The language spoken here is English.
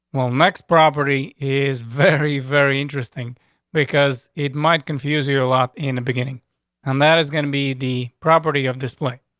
well, next property is very, very interesting because it might confuse your lot in the beginning on and that is gonna be the property of display.